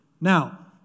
Now